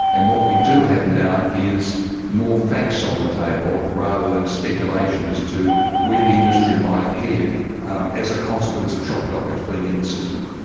and what we do have now is more facts on the table rather than speculation as to where the industry might head um as a consequence of shopper dockets being in the system.